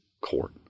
court